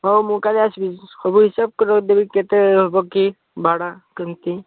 ହଉ ମୁଁ କାଲି ଆସିବି ସବୁ ହିସାବ କରି ରଖିଦେବି କେତେ ହେବ କି ଭଡ଼ା କେମିତି